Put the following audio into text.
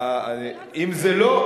אם זה לא,